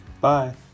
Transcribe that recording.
Bye